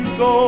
go